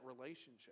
relationship